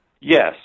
Yes